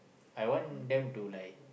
I want them to like